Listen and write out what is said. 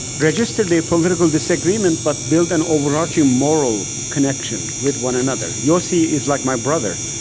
register their political disagreement, but build an overarching moral connection with one another yossi is like my brother.